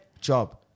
job